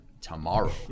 tomorrow